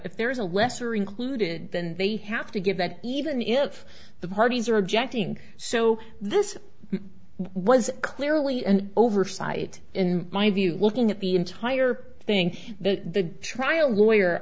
if there is a lesser included and they have to give that even if the parties are objecting so this was clearly an oversight in my view looking at the entire thing the trial lawyer